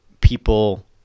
people